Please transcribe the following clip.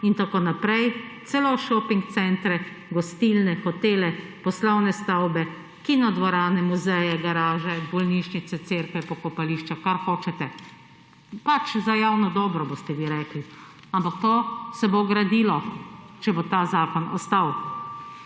in tako naprej, celo šoping centre, gostilne, hotele, poslovne stavbe, kino dvorane, muzeje, garaže, bolnišnice, cerkve, pokopališča, kar hočete. Pač, za javno dobro boste vi rekli, ampak to se bo gradilo, če bo ta zakon ostal.